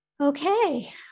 Okay